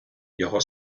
його